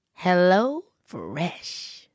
HelloFresh